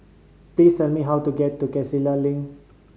please tell me how to get to Link